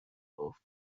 گفت